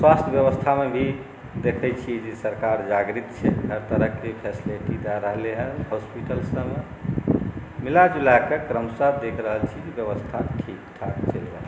स्वास्थ्य व्यवस्थामे भी देखैत छी जे सरकार जागृत छै हर तरहके फ़ेसिलिटी दए रहलै हेँ हॉस्पिटलसभमे मिलाजुला कऽ क्रमशः देख रहल छी जे व्यवस्था ठीक ठाक चलि रहल यए